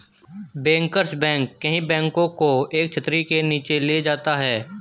bankers bank कई बैंकों को एक छतरी के नीचे ले जाता है